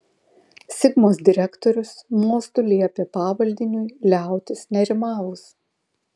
sigmos direktorius mostu liepė pavaldiniui liautis nerimavus